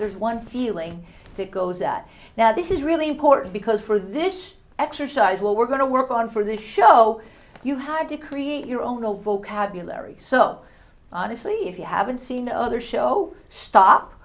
there's one feeling that goes that now this is really important because for this exercise what we're going to work on for this show you have to create your own no vocabulary so honestly if you haven't seen the other show stop